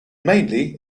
mainly